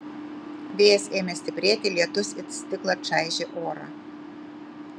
vėjas ėmė stiprėti lietus it stiklą čaižė orą